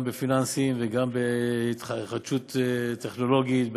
גם בפיננסים וגם בהתחדשות טכנולוגית,